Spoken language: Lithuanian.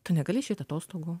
tu negali išeit atostogų